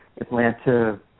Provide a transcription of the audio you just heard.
Atlanta